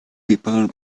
people